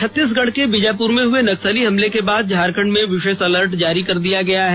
छत्तीसगढ़ के बीजापुर में हए नक्सली हमले के बाद झारखंड में विशेष अलर्ट जारी किया गया है